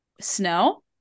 snow